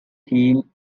team